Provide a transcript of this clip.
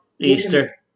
Easter